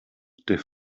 der